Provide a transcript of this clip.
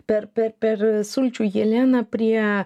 per per per sulčių jelena prie